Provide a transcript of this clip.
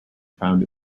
found